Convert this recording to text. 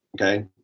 Okay